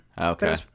okay